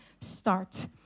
start